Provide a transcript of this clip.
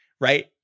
Right